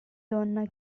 donna